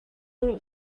hier